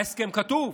ההסכם כתוב.